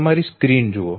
તમારી સ્ક્રીન જુઓ